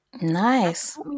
nice